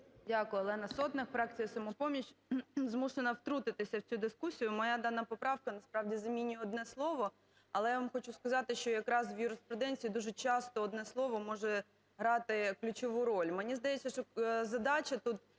Дякую. Олена Сотник, фракція "Самопоміч". Змушена втрутитись в цю дискусію. Моя дана поправка, насправді, змінює одне слово, але я вам хочу сказати, що якраз в юриспруденції дуже часто одне слово може грати ключову роль. Мені здається, що задача тут